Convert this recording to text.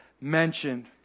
mentioned